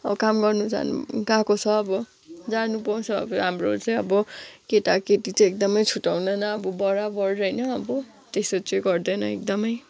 अब काम गर्नु जानु गएको छ अब जानु पाउँछ अब हाम्रो चाहिँ अब केटा केटी चाहिँ एकदमै छुट्ट्याउँदैन अब बराबर होइन अब त्यसो चाहिँ गर्दैन एकदमै